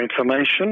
information